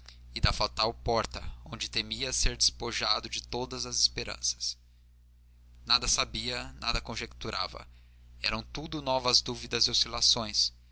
e da fatal porta onde temia ser despojado de todas as esperanças nada sabia nada conjeturava eram tudo novas dúvidas e oscilações